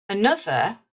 another